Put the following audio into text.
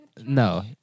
No